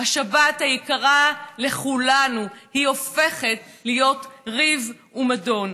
השבת היקרה לכולנו, הופכת להיות ריב ומדון.